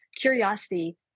curiosity